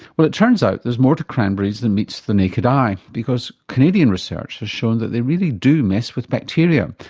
well, it turns out that there's more to cranberries than meets the naked eye, because canadian research has shown that they really do mess with bacteria.